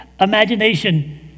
imagination